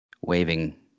waving